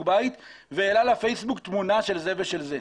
בית והעלה לפייסבוק תמונה של זה ושל זה.